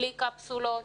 בלי קפסולות,